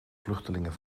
vluchtelingen